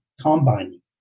combining